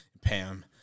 Pam